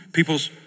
People's